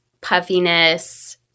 puffiness